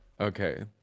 Okay